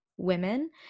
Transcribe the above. women